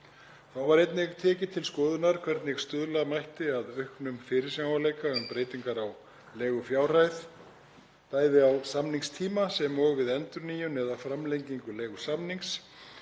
Þá var einnig tekið til skoðunar hvernig stuðla mætti að auknum fyrirsjáanleika um breytingar á leigufjárhæð, bæði á samningstíma sem og við endurnýjun eða framlengingu leigusamnings